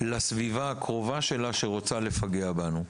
לסביבה הקרובה שלה, שרוצה לפגע בנו.